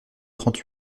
trente